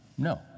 No